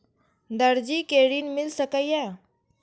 दर्जी कै ऋण मिल सके ये?